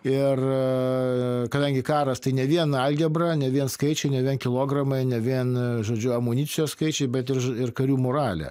ir kadangi karas tai ne vien algebra ne vien skaičiai ne vien kilogramai ne vien žodžiu amunicijos skaičiai bet ir ir karių moralė